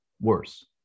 worse